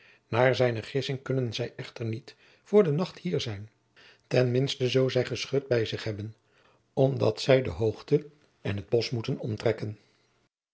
de pleegzoon gissing kunnen zij echter niet voor de nacht hier zijn ten minste zoo zij geschut bij zich hebben om dat zij de hoogte en het bosch moeten omtrekken